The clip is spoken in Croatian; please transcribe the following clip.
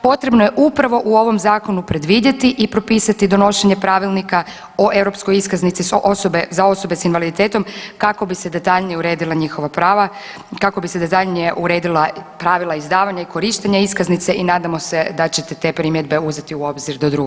Potrebno je upravo u ovom zakonu predvidjeti i propisati donošenje pravilnika o europskoj iskaznici za osobe s invaliditetom kako bi se detaljnije uredila njihova prava, kako bi se detaljnije uredila pravila izdavanja i korištenja iskaznice i nadamo se da ćete te primjedbe uzeti u obzir do drugoga čitanja.